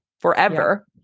forever